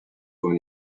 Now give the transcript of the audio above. when